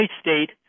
state